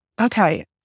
Okay